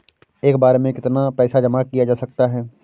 एक बार में कितना पैसा जमा किया जा सकता है?